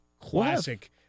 classic